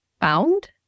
found